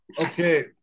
okay